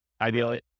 Ideally